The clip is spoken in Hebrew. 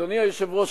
אדוני היושב-ראש,